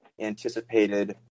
anticipated